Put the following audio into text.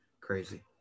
crazy